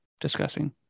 discussing